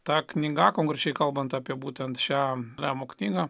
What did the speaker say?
tą knygą konkrečiai kalbant apie būtent šiam ramo knyga